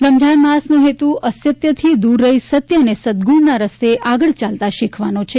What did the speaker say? રમજાન માસનો હેતુ અસત્યથી દૂર રહી સત્ય અને સદગુજાના રસ્તે આગળ ચાલતા શીખવાનો છે